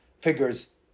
figures